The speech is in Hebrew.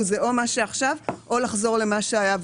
זה או מה שעכשיו או לחזור למה שהיה,